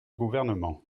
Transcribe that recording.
gouvernement